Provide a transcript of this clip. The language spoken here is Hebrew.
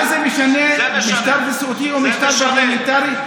מה זה משנה משטר נשיאותי או משטר פרלמנטרי?